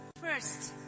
first